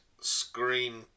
screen